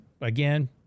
Again